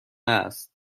است